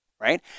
Right